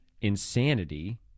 insanity